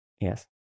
Yes